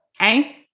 okay